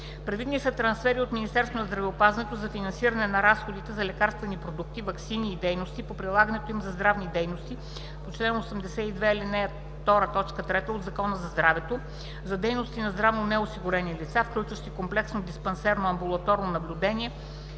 Предвидени са трансфери от Министерството на здравеопазването за финансиране на разходите за лекарствени продукти – ваксини и дейности по прилагането им за здравните дейности по чл. 82, ал. 2, т. 3 от Закона за здравето; за дейности за здравно неосигурени лица, включващи: комплексно диспансерно (амбулаторно) наблюдение